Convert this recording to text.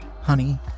honey